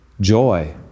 joy